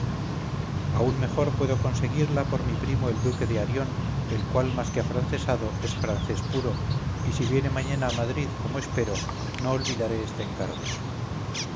aún mejor puedo conseguirla por mi primo el duque de arión el cual más que afrancesado es francés puro y si viene mañana a madrid como espero no olvidaré este encargo